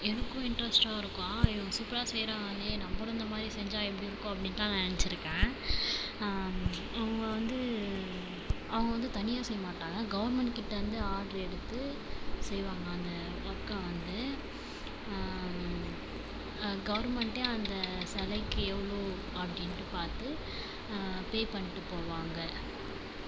எனக்கும் இன்ட்ரெஸ்டாக இருக்கும் ஆ இவங்க சூப்பரா செய்கிறாங்கேளே நம்மளும் இந்த மாதிரி செஞ்சால் எப்படி இருக்கும் அப்டின்தான் நான் நினச்சிருக்கேன் அவங்க வந்து அவங்க வந்து தனியாக செய்ய மாட்டாங்கள் கவுர்மெண்ட் கிட்ட இருந்து ஆட்ரு எடுத்து செய்வாங்கள் அந்த ஒர்க்கை வந்து கவுர்மெண்டே அந்த சிலைக்கு எவ்வளோ அப்படின்ட்டு பார்த்து பே பண்ணிட்டு போவாங்க